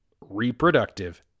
Reproductive